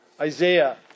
Isaiah